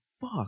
fuck